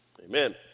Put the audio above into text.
Amen